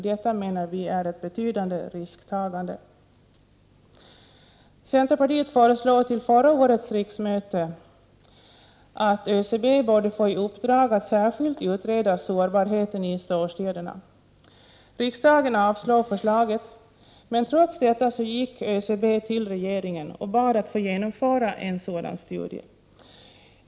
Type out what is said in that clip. Detta menar vi är ett betydande risktagande. Centerpartiet föreslog till förra årets riksmöte att ÖCB skulle få i uppdrag att särskilt utreda sårbarheten i storstäderna. Riksdagen avslog förslaget. Trots detta gick ÖCB till regeringen och bad att få genomföra en sådan studie.